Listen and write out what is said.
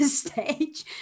stage